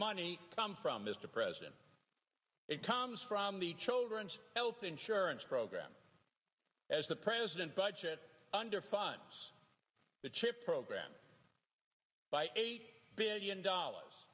money come from mr president it comes from the children's health insurance program as the president budget under funds the chip program by eight billion dollars